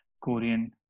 Korean